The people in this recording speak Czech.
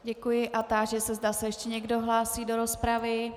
Děkuji a táži se, zda se ještě někdo hlásí do rozprav.